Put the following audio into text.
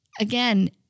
Again